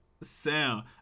sound